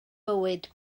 bywyd